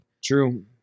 True